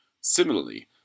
Similarly